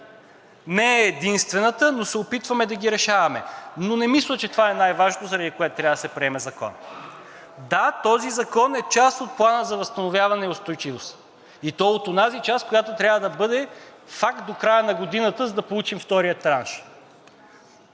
Не е единствената, но се опитваме да ги решаваме, но не мисля, че това е най-важното, заради което трябва да се приеме Законът. Да, този закон е част от Плана за възстановяване и устойчивост, и то от онази част, която трябва да бъде факт до края на годината, за да получим втория транш.